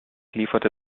lieferte